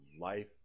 life